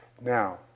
now